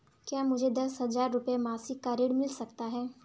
क्या मुझे दस हजार रुपये मासिक का ऋण मिल सकता है?